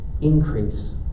increase